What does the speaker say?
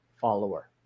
follower